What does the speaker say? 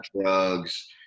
drugs